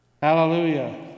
hallelujah